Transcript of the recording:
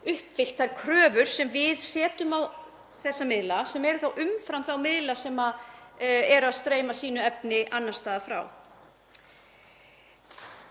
uppfyllt þær kröfur sem við setjum á þá, sem eru þá umfram þá miðla sem eru að streyma sínu efni annars staðar frá.